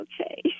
Okay